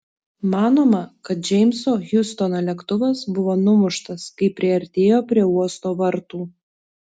manoma kad džeimso hjustono lėktuvas buvo numuštas kai priartėjo prie uosto vartų